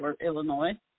Illinois